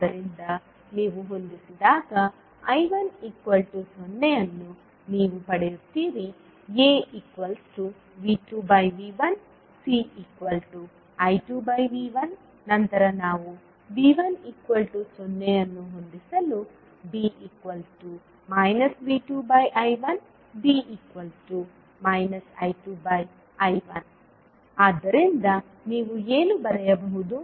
ಆದ್ದರಿಂದ ನೀವು ಹೊಂದಿಸಿದಾಗ I1 0 ಅನ್ನು ನೀವು ಪಡೆಯುತ್ತೀರಿ a V2V1 c I2V1 ನಂತರ ನಾವು V1 0 ಅನ್ನು ಹೊಂದಿಸಲು b V2I1 d I2I1 ಆದ್ದರಿಂದ ನೀವು ಏನು ಬರೆಯಬಹುದು